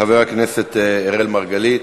חבר הכנסת אראל מרגלית.